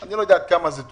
אני לא יודע עד כמה זה טוב.